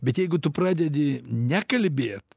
bet jeigu tu pradedi ne kalbėt